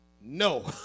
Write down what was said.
No